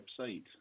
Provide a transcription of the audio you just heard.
website